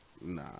Nah